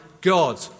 God